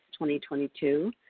2022